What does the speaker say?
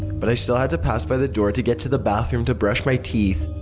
but i still had to pass by the door to get to the bathroom to brush my teeth.